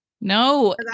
no